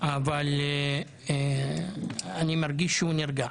אבל אני מרגיש שהוא נרגע.